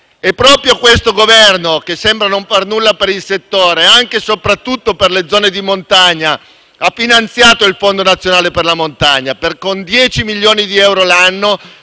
Proprio questo Governo, che sembra non far nulla per il settore, anche e soprattutto per le zone di montagna ha finanziato il Fondo nazionale per la montagna con 10 milioni di euro l'anno